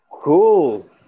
Cool